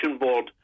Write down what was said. board